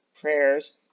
prayers